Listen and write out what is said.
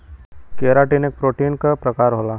keratin एक protein क प्रकार होला